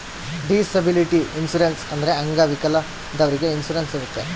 disability insurance ಅಂದ್ರೆ ಅಂಗವಿಕಲದವ್ರಿಗೆ insurance ಇರುತ್ತೆ